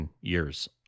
years